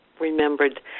remembered